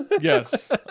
Yes